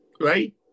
Right